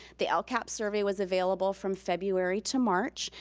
the lcap survey was available from february to march.